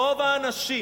רוב האנשים